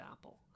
Apple